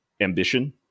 ambition